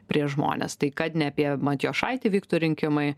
prieš žmones tai kad ne apie matijošaitį vyktų rinkimai